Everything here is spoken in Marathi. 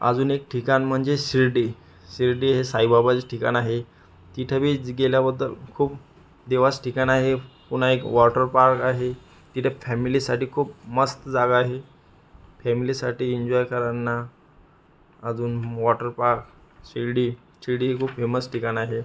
अजून एक ठिकाण म्हणजे शिर्डी शिर्डी हे साईबाबाचे ठिकाण आहे तिथं बी जी गेल्याबद्दल खूप देवाचं ठिकाण आहे पुन्हा एक वाॅटरपार्क आहे तिथे फॅमिलीसाठी खूप मस्त जागा आहे फॅमिलीसाठी इन्जॉय करान्ना अजून वाॅटरपार्क शिर्डी शिर्डी हे खूप फेमस ठिकाण आहे